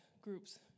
groups